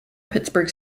pittsburgh